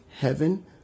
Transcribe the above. Heaven